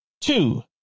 Two